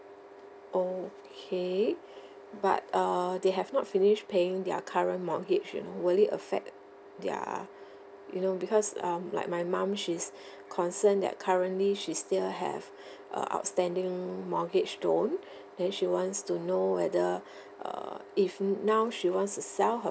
okay but err they have not finish paying their current mortgage you know will it affect ya you know because um like my mum she's concern that currently she's still have a outstanding mortgage loan then she wants to know whether err if now she wants to sell her